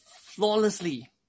flawlessly